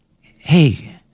hey